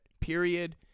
period